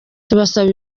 tubasaba